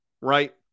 right